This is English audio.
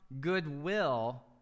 goodwill